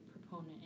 proponent